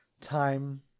Time